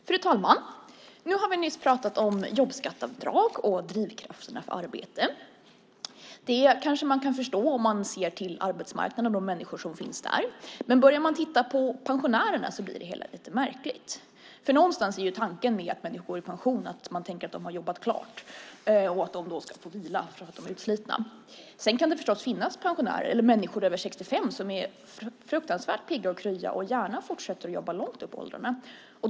Fru talman! Vi har nyss pratat om jobbskatteavdrag och drivkrafterna för arbete. Det kanske man kan förstå om man ser till arbetsmarknaden och de människor som finns där. Men börjar man titta på pensionärerna blir det hela lite märkligt. Någonstans är ju tanken med att människor går i pension att de har jobbat klart och att de ska få vila för att de är utslitna. Sedan kan det förstås finnas människor över 65 år som är fruktansvärt pigga och krya och gärna fortsätter att jobba långt upp i åldrarna.